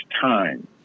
time